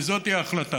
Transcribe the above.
כי זאת ההחלטה,